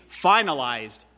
finalized